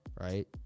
right